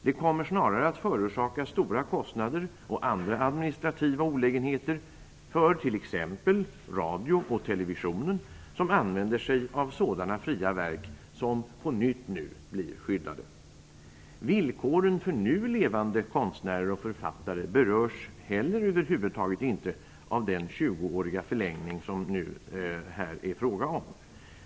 Det kommer snarare att förorsaka stora kostnader och andra administrativa olägenheter för t.ex. radio och TV, som använder sig av sådana fria verk som nu på nytt blir skyddade. Villkoren för nu levande konstnärer och författare berörs över huvud taget inte av den 20-åriga förlängning som det här är fråga om.